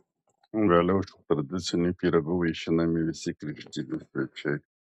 vėliau šiuo tradiciniu pyragu vaišinami visi krikštynų svečiai